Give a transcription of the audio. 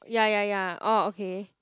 ya ya ya oh okay